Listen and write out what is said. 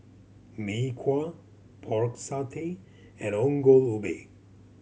Mee Kuah Pork Satay and Ongol Ubi